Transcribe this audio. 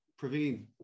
Praveen